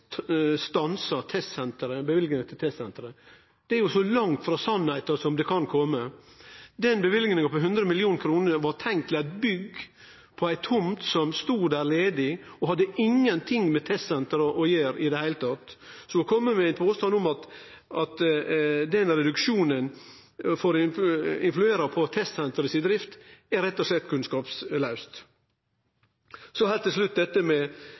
stansa løyvingane til testsenteret. Det er så langt frå sanninga som ein kan kome. Løyvinga på 100 mill. kr var tenkt til eit bygg på ei tomt som stod der ledig, og som ikkje hadde noko med testsenteret å gjere i det heile tatt. Å påstå at den reduksjonen influerer på testsenterets drift, er rett og slett kunnskapslaust. Heilt til slutt til dette med